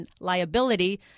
liability